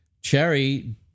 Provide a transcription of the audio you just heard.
cherry